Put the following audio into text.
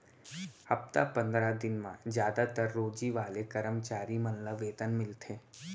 हप्ता पंदरा दिन म जादातर रोजी वाले करम चारी मन ल वेतन मिलथे